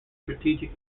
strategic